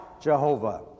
Jehovah